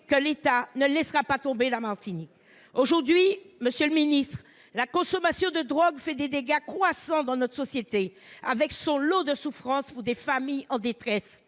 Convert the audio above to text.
que « l’État ne laissera pas tomber la Martinique ». Aujourd’hui, monsieur le ministre, la consommation de drogues cause des dégâts croissants dans notre société, avec son lot de souffrances pour des familles en détresse.